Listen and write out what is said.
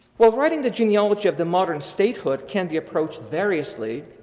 while writing the genealogy of the modern statehood can be approached variously,